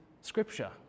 Scripture